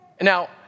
Now